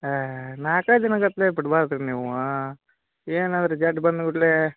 ಹಾಂ ನಾಲ್ಕೈದು ದಿನಗಟ್ಟಲೆ ಬಿಡ್ಬಾರ್ದು ರೀ ನೀವ ಏನಾದರೂ ಜಡ್ಡು ಬಂದ ಕೂಡಲೇ